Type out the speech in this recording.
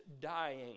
dying